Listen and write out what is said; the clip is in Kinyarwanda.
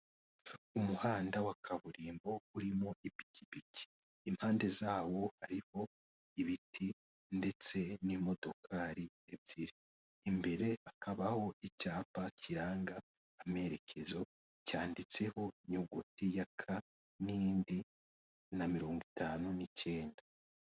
Umuhanda wa kaburimbo urimo ipikipiki impande zawo hariho ibiti ndetse n'imodokari ebyiri, imbere hakabaho icyapa kiranga amerekezo cyanditseho inyuguti ya ka n'iyindi na mirongo itanu n'icyenda.